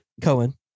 Cohen